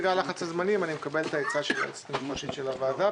בגלל לחץ הזמנים אני מקבל את העצה של היועצת המשפטית של הוועדה,